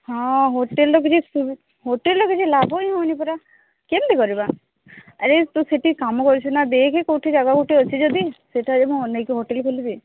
ହଁ ହୋଟେଲର କିଛି ହୋଟେଲର କିଛି ଲାଭ ହିଁ ହେଉନି ପରା କେମିତି କରିବା ଆରେ ତୁ ସେଠି କାମ କରୁଛୁ ନା ଦେଖେ କୋଉଠି ଜାଗା ଗୋଟେ ଅଛି ଯଦି ସେଠାରେ ମୁଁ ନେଇକି ହୋଟେଲ ଖୋଲିବି